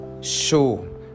show